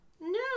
No